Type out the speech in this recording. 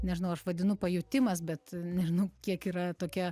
nežinau aš vadinu pajutimas bet nežinau kiek yra tokia